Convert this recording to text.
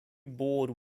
board